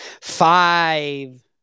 five